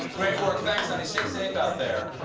great work. thanks, sunny. stay safe out there.